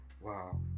wow